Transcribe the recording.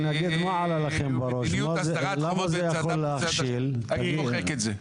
אני מוחק את זה.